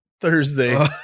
Thursday